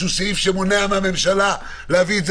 שהוא סעיף שמונע מהממשלה להביא את זה